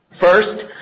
First